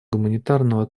гуманитарного